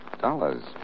dollars